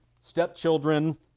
stepchildren